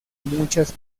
muchas